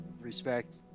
Respect